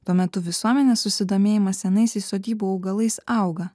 tuo metu visuomenės susidomėjimas senaisiais sodybų augalais auga